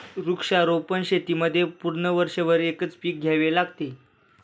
वृक्षारोपण शेतीमध्ये पूर्ण वर्षभर एकच पीक घ्यावे लागते